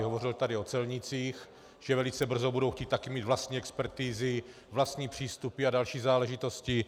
Hovořili tady o celnících, že velice brzo budou chtít taky mít vlastní expertizy, vlastní přístupy a další záležitosti.